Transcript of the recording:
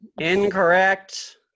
Incorrect